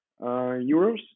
euros